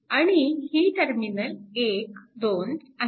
आणि ही टर्मिनल 1 2 आहेत